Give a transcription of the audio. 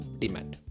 demand